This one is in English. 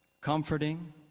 comforting